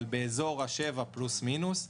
אבל באזור 7% פלוס-מינוס.